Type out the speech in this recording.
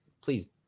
please